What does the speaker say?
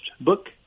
book